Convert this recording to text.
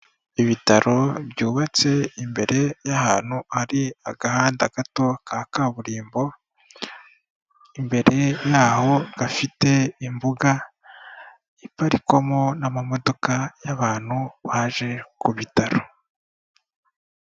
Ibitaro byubatse imbere y'ahantu hari agahandada gato ka kaburimbo, imbere yaho gafite imbuga iparikwamo n'amamodoka y'abantu baje ku bitaro.